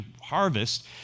harvest